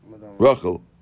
Rachel